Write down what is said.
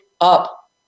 up